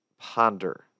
ponder